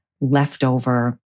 leftover